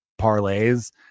parlays